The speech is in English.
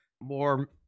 more